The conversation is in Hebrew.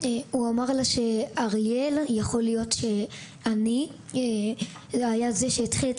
א': הוא אמר לה שיכול להיות שאני הייתי הגורם שהתחיל,